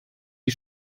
die